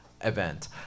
event